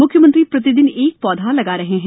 म्ख्यमंत्री प्रतिदिन एक पौधा लगा रहे हैं